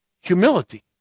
humility